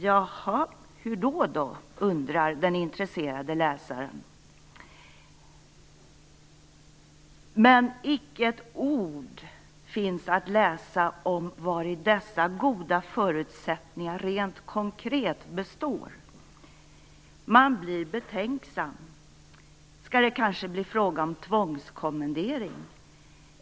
Jaha, hur då då, undrar den intresserade läsaren. Icke ett ord finns att läsa om vari dessa goda förutsättningar rent konkret består. Man blir betänksam - skall det kanske bli fråga om tvångskommendering?